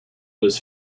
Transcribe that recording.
was